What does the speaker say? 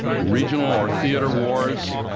regional or theater wars,